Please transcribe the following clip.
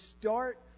start